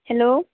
hello